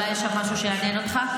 אולי יש שם משהו שיעניין אותך.